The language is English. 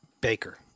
Baker